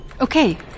Okay